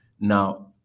Now